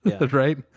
Right